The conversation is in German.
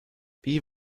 wie